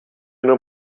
non